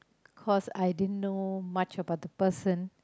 cause I didn't know much about the person